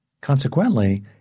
Consequently